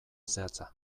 zehatza